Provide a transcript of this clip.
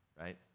right